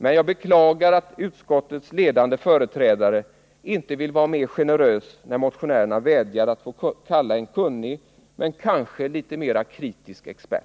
Men jag beklagar att utskottets ledande företrädare inte ville vara mer generös när motionärerna vädjade om att få kalla en kunnig men kanske litet mer kritisk expert.